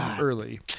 early